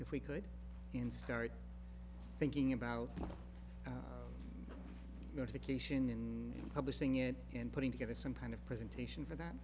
if we could and start thinking about notification in publishing it and putting together some kind of presentation for